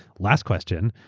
last question,